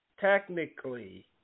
Technically